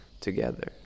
together